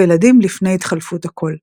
או ילדים לפני התחלפות הקול.